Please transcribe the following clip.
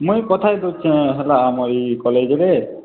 ମୁଇଁ କଥା ଦେଉଛେଁ ହେଲା ଆମ ଏଇ କଲେଜ୍ରେ